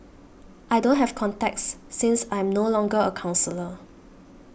I don't have contacts since I am no longer a counsellor